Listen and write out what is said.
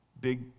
big